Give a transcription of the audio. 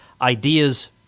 ideas